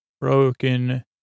Broken